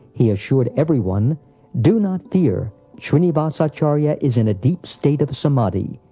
he assured everyone do not fear, shrinivas ah acharya is in a deep state of samadhi.